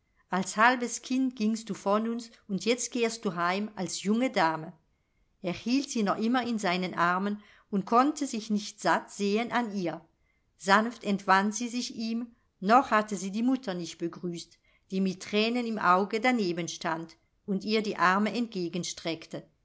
als halbes kind gingst du von uns und jetzt kehrst du heim als junge dame er hielt sie noch immer in seinen armen und konnte sich nicht satt sehen an ihr sanft entwand sie sich ihm noch hatte sie die mutter nicht begrüßt die mit thränen im auge daneben stand und ihr die arme entgegenstreckte